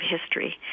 history